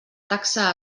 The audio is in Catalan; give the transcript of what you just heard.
taxa